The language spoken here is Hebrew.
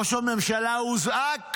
ראש הממשלה הוזעק